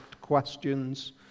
questions